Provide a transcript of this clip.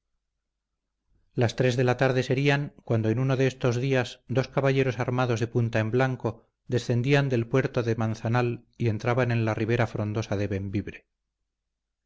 las tres de la tarde serían cuando en uno de estos días dos caballeros armados de punta en blanco descendían del puerto de manzanal y entraban en la ribera frondosa de